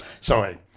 Sorry